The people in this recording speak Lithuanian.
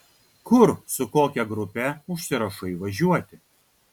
kur su kokia grupe užsirašai važiuoti